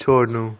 छोड्नु